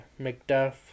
McDuff